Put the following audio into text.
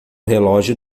relógio